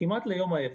כמעט ליום האפס.